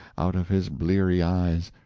out of his bleary eyes.